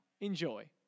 Enjoy